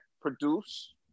produce